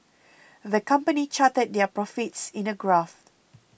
the company charted their profits in a graph